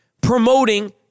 promoting